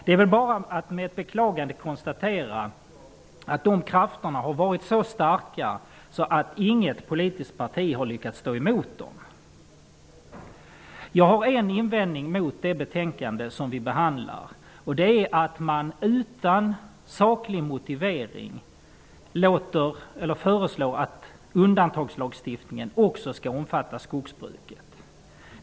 Det är väl bara att med beklagande konstatera att de krafterna har varit så starka att inget politiskt parti har lyckats stå emot dem. Jag har en invändning mot det betänkande som vi nu behandlar, och det är att man utan saklig motivering föreslår att undantagslagstiftningen också skall omfatta skogsbruket.